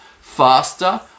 faster